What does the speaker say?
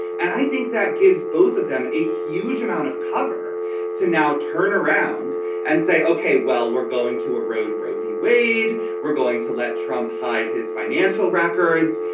and i think that gives both of them a huge amount of cover to now turn around and say, ok, well, we're going to erode roe v. wade. we're going to let trump hide his financial records.